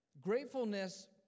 Gratefulness